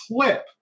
clip